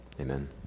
Amen